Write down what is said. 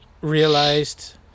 realized